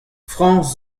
frañs